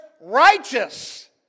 righteous